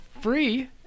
free